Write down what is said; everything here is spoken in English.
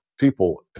people